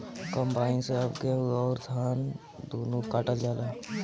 combine से अब गेहूं अउर धान दूनो काटल जाला